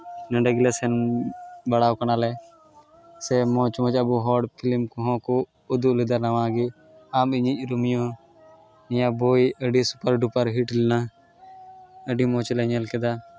ᱱᱚᱰᱮ ᱜᱮᱞᱮ ᱥᱮᱱ ᱵᱟᱲᱟᱣ ᱠᱟᱱᱟᱞᱮ ᱥᱮ ᱢᱚᱡᱽ ᱢᱚᱡᱟᱜ ᱟᱵᱚ ᱦᱚᱲ ᱯᱷᱤᱞᱤᱢ ᱠᱚᱦᱚᱸ ᱠᱚ ᱩᱫᱩᱜ ᱞᱮᱫᱟ ᱱᱟᱣᱟ ᱜᱮ ᱟᱢ ᱤᱧᱤᱡ ᱨᱳᱢᱤᱭᱳ ᱩᱱᱤᱭᱟᱜ ᱵᱳᱭ ᱟᱹᱰᱤ ᱥᱩᱯᱟᱨᱼᱴᱩᱯᱟᱨ ᱦᱤᱴ ᱞᱮᱱᱟ ᱟᱹᱰᱤ ᱢᱚᱡᱽ ᱞᱮ ᱧᱮᱞ ᱠᱮᱫᱟ